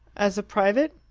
as a private?